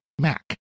Mac